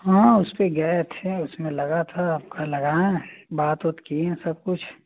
हाँ उस पर गए थे उसमें लगा था आपका लगाएँ बात वत की हैं सब कुछ